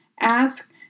Ask